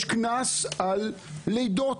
יש קנס על לידות,